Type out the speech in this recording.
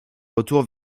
retour